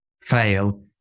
fail